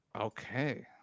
Okay